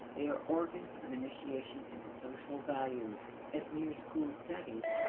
they are organs of initiation into social values. as mere school studies,